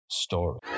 Story